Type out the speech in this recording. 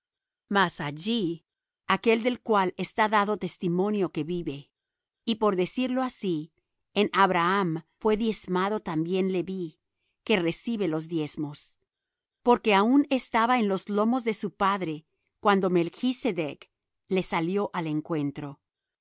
mas allí aquel del cual está dado testimonio que vive y por decirlo así en abraham fué diezmado también leví que recibe los diezmos porque aun estaba en los lomos de su padre cuando melchsedec le salió al encuentro